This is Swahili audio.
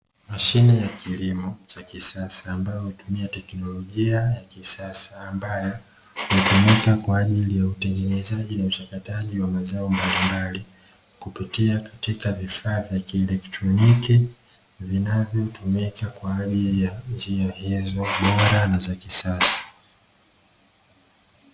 Mashine ya kilimo cha kisasa ambayo hutumia teknolojia ya kisasa, ambayo hutumika kwa ajili ya utengenezaji na uchakataji wa mazao mbalimbali kupitia katika vifaa vya kielektroniki vinavyotumika kwa ajili ya njia hizo bora na za kisasa.